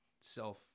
self